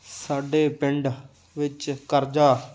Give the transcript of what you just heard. ਸਾਡੇ ਪਿੰਡ ਵਿੱਚ ਕਰਜ਼ਾ